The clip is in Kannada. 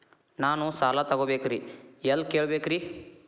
ನಾನು ಸಾಲ ತೊಗೋಬೇಕ್ರಿ ಎಲ್ಲ ಕೇಳಬೇಕ್ರಿ?